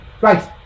right